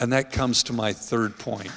and that comes to my third point